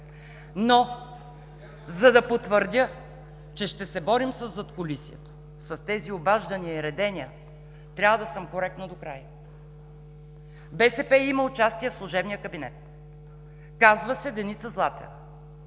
Но, за да потвърдя, че ще се борим със задкулисието, с тези подреждания и редения, трябва да съм коректна докрай. БСП има участие в служебния кабинет. Казва се Деница Златева.